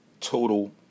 total